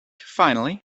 finally